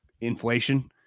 inflation –